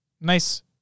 Nice